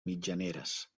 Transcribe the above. mitjaneres